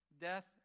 death